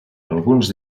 alguns